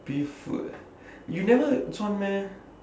beef food ah you never this one meh